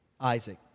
Isaac